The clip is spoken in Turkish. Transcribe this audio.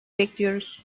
bekliyoruz